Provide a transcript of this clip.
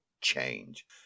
change